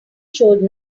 showed